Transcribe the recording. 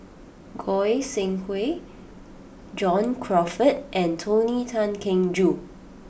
Goi Seng Hui John Crawfurd and Tony Tan Keng Joo